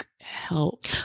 help